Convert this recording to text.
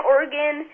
Oregon